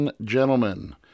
gentlemen